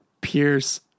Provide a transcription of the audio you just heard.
Pierce